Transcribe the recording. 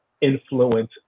influence